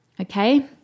okay